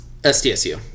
SDSU